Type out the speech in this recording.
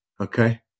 Okay